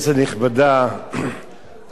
אני לא מכיר משקה שהוא לא מזויף.